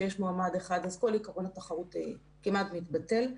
כשיש מועמד אחד אז כל עיקרון התחרות כמעט מתבטל.